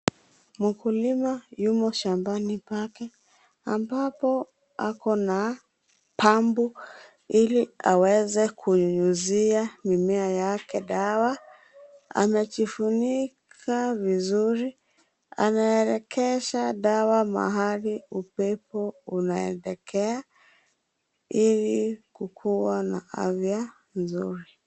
Mkulima yumo shambani pake ambapo ako na pampu, ili aweze kunyunyizia mimea yake dawa. Anajifunika vizuri, anaelekeza dawa mahali upepo unaelekea ili kukua na afya mzuri.